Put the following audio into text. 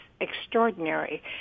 extraordinary